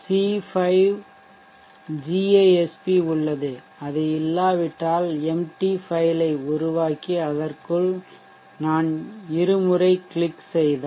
C5 - gasp உள்ளது அது இல்லாவிட்டால் எம்ப்ட்டி ஃபைல் ஐ உருவாக்கி அதற்குள் நான் இருமுறை கிளிக் செய்தால்